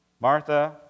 Martha